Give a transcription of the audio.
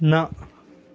न